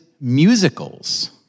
musicals